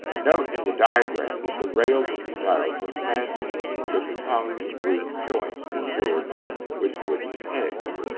note in the diagram that the rails and stiles were fastened with tongue and groove joints secured with wooden pegs.